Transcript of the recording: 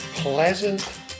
Pleasant